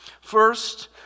First